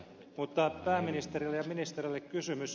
mutta pääministerille ja ministereille kysymys